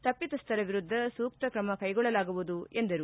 ತಪ್ಪಿತಸ್ಥರ ವಿರುದ್ದ ಸೂಕ್ಷಕಮ ಕೈಗೊಳ್ಳಲಾಗುವುದು ಎಂದರು